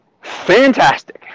fantastic